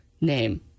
name